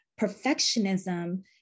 Perfectionism